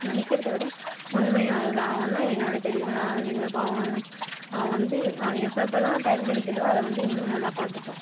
நினைக்கிறத விட உண்மையும் அது தான் அவன் தான் என்ன விட செடி மேலே அவன் வந்து அவன் எப்போ எப்போலாம் டைம் கிடைக்கிதோ அதை வந்து இன்னும் நல்லா பார்த்துப்பான்